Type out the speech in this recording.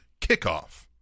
kickoff